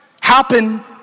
happen